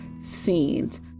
scenes